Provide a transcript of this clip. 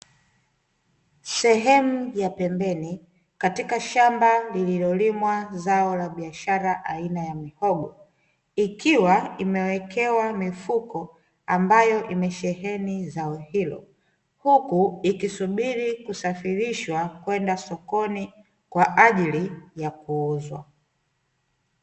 Sehemu ya pembeni katika shamba lililolimwa aina ya mazao ya mihogo, ikiwa imewekewa mifuko iliyosheheni zao hilo huku ikisubiri kusafirishwa kwenda sokoni kwajili ya kuuzwa.